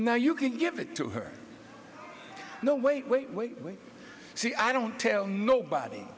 now you can give it to her no wait wait wait wait see i don't tell nobody